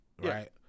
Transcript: right